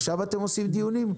עכשיו אתם עורכים דיונים?